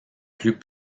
plus